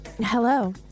Hello